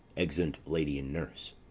exeunt lady and nurse.